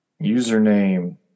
Username